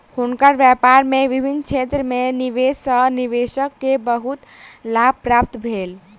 हुनकर व्यापार में विभिन्न क्षेत्र में निवेश सॅ निवेशक के बहुत लाभ प्राप्त भेल